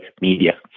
media